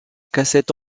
cassettes